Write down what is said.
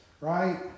right